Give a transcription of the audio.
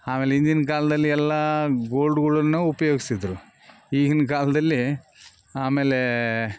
ಆಮೇಲ್ ಹಿಂದಿನ್ ಕಾಲದಲ್ಲಿ ಎಲ್ಲ ಗೋಲ್ಡ್ಗಳನ್ನು ಉಪಯೋಗ್ಸಿದ್ರು ಈಗಿನ ಕಾಲದಲ್ಲಿ ಆಮೇಲೆ